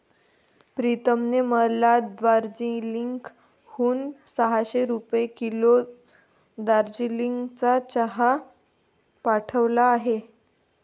प्रीतमने मला दार्जिलिंग हून सहाशे रुपये किलो दार्जिलिंगचा चहा पाठवला आहे